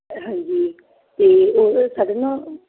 ਹਾਂਜੀ ਅਤੇ ਉਹ ਸਾਡੇ ਨਾ